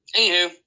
anywho